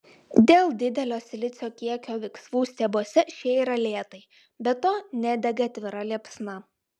dėl didelio silicio kiekio viksvų stiebuose šie yra lėtai be to nedega atvira liepsna